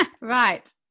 right